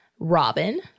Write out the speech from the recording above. Robin